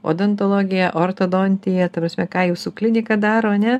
odontologija ortodontija ta prasme ką jūsų klinika daro ar ne